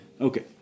Okay